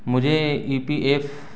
مجھے E P F